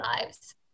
lives